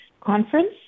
conference